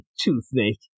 toothache